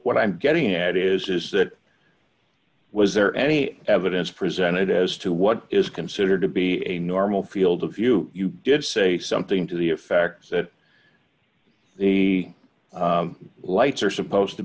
what i'm getting at is is that was there any evidence presented as to what is considered to be a normal field if you did say something to the effect that the lights are supposed to